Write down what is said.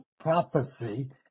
prophecy